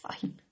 fine